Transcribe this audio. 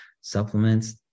supplements